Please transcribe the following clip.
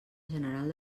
general